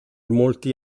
molti